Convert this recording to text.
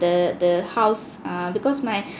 the the house err because my